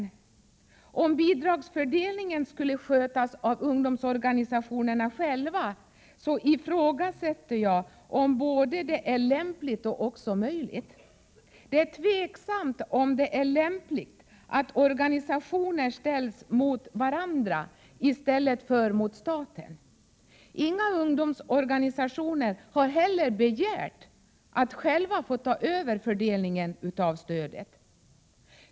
Jag ifrågasätter om det är lämpligt eller ens möjligt att bidragsfördelningen skulle skötas av ungdomsorganisationerna själva. Det är tvivelaktigt om det är lämpligt att organisationer ställs mot varandra i stället för mot staten. Inga ungdomsorganisationer har heller begärt att själva få ta över fördelningen av stödet.